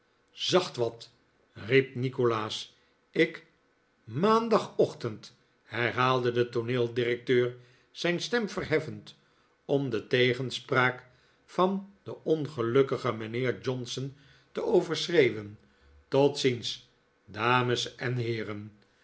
zacht wat riep nikolaas ik maandagochtend herhaalde de tooneeldirecteur zijn stem verheffend om de tegenspraak van den ongelukkigen mijnheer johnson te overschreeuwen tot ziens dames en heeren